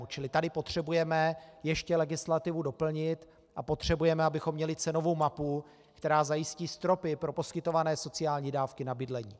Čili tady potřebujeme ještě legislativu doplnit a potřebujeme, abychom měli cenovou mapu, která zajistí stropy pro poskytované sociální dávky na bydlení.